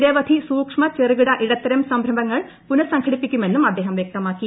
നിരവധി സൂക്ഷ്മചെറുകിട ഇടത്തരം സംരംഭങ്ങൾ പുനഃസംഘടി പ്പിക്കുമെന്നും അദ്ദേഹം വൃക്തമാക്കി